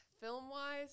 film-wise